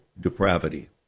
depravity